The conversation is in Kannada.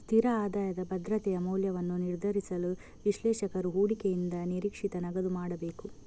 ಸ್ಥಿರ ಆದಾಯದ ಭದ್ರತೆಯ ಮೌಲ್ಯವನ್ನು ನಿರ್ಧರಿಸಲು, ವಿಶ್ಲೇಷಕರು ಹೂಡಿಕೆಯಿಂದ ನಿರೀಕ್ಷಿತ ನಗದು ಮಾಡಬೇಕು